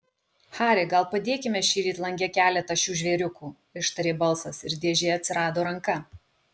hari gal padėkime šįryt lange keletą šių žvėriukų ištarė balsas ir dėžėje atsirado ranka